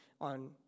on